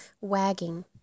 wagging